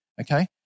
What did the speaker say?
Okay